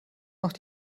noch